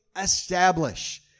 establish